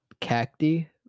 cacti